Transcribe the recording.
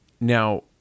Now